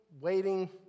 waiting